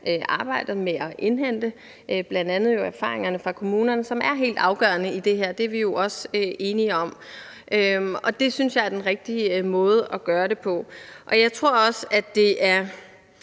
arbejdet med at indhente erfaringerne fra bl.a. kommunerne, som er helt afgørende i det her. Det er vi jo også enige om. Og det synes jeg er den rigtige måde at gøre det på. Jeg tror også, det er